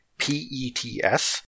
P-E-T-S